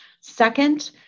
Second